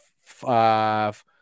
Five